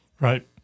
Right